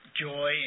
joy